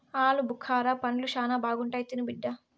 ఆలుబుకారా పండ్లు శానా బాగుంటాయి తిను బిడ్డ